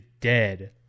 dead